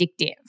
addictive